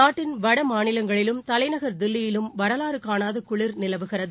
நாட்டின் வடமாநிலங்களிலும் தலைநகர் தில்லியிலும் வரலாறு காணாத குளிர் நிலவுகிறது